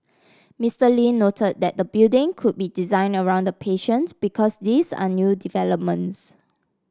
Mister Lee noted that the building could be designed around the patient because these are new developments